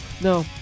No